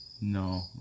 no